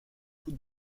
coup